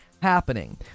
Happening